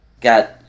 got